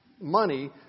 money